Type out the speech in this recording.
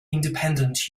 independent